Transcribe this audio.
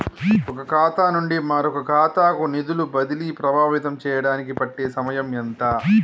ఒక ఖాతా నుండి మరొక ఖాతా కు నిధులు బదిలీలు ప్రభావితం చేయటానికి పట్టే సమయం ఎంత?